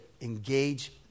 engage